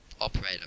operator